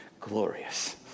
glorious